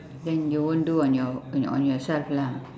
then you won't do on your o~ on on yourself lah